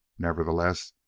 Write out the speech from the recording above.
nevertheless,